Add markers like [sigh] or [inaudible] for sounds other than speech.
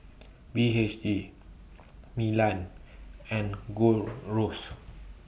B H G [noise] Milan and Gold [noise] Roast